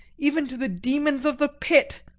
even to the demons of the pit.